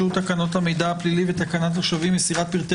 תקנות המידע הפלילי ותקנת השבים (מסירת פרטי